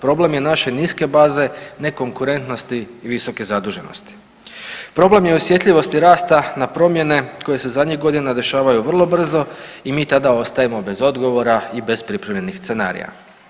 Problem je naše niske baze, nekonkurentnosti i visoke zaduženosti. problem je i u osjetljivosti rasta na promjene koje se zadnjih godina dešavaju vrlo brzo i mi tada ostajemo bez odgovora i bez pripremljenih scenarija.